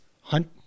hunt